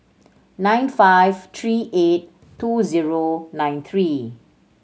nine five three eight two zero nine three